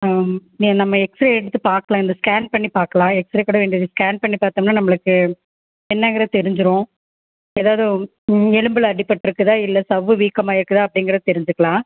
அம் நீ நம்ம எக்ஸ்ரே எடுத்து பார்க்லாம் இந்த ஸ்கான் பண்ணி பார்க்கலாம் எக்ஸ்ரே கூட வேண்டியது ஸ்கான் பண்ணி பார்த்தோம்னா நம்பளுக்கு என்னங்கறது தெரிஞ்சிரும் எதாவுது எலும்பில் அடிப்பட்ருக்குதா இல்லை சவ்வு வீக்கமாயிருக்குதா அப்படிங்கறது தெரிஞ்சிக்கலாம்